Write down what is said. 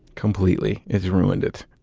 completely. it's ruined it